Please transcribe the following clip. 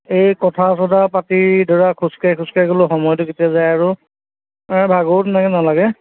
এই কথা চথা পাতি ধৰা খোজ কাঢ়ি খোজ কাঢ়ি গ'লে সময়টো কেতিয়া যায় আৰু ভাগৰো তেনেকৈ নালাগে